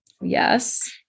Yes